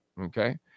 okay